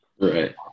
Right